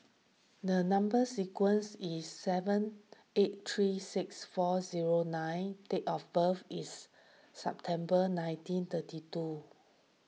the Number Sequence is seven eight three six four zero nine date of birth is September nineteen thirty two